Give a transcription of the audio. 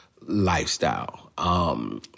lifestyle